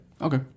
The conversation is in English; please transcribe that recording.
Okay